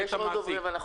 יש עוד דוברים, אנא